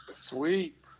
Sweet